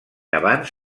abans